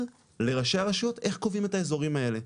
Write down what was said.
לראשי הרשויות איך קובעים את האזורים האלה,